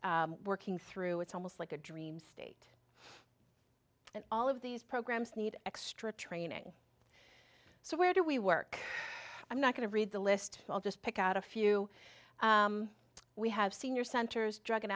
and working through it's almost like a dream state and all of these programs need extra training so where do we work i'm not going to read the list i'll just pick out a few we have senior centers drug and